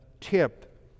tip